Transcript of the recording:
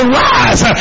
rise